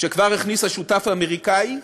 שכבר הכניסה שותף אמריקני,